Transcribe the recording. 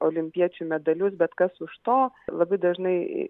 olimpiečių medalius bet kas už to labai dažnai